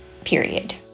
period